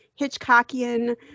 Hitchcockian